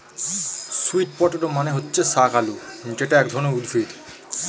sweet potato মানে হচ্ছে শাকালু যেটা এক ধরনের উদ্ভিদ